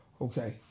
Okay